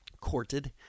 courted